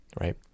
right